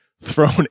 thrown